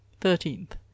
thirteenth